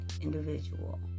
individual